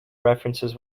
references